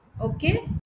Okay